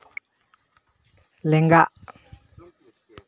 ᱞᱮᱸᱜᱟ